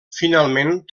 finalment